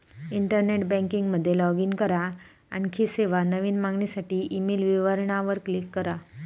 internet banking मध्ये log in करा, आणखी सेवा, नवीन मागणीसाठी ईमेल विवरणा वर क्लिक करा